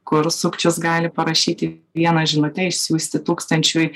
kur sukčius gali parašyti vieną žinute išsiųsti tūkstančiui